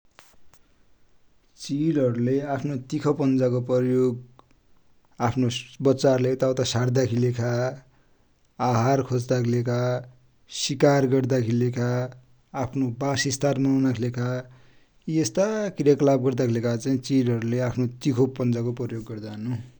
चिलहरुले आफ्नो तिखो पन्नजा को प्रयोग आफ्ना बच्चाहरु लाइ यता उता सर्दा कि लेखा, आहार खोज्दा कि लेखा, सिकार गर्दा कि लेखा, आफ्नो बासस्थान बनउनाकि लेखा यि यस्ता क्रियकलाप गर्दाकि लेखा चिलहरु ले आफ्नो तिखो पञा को प्रयोग गर्दान ।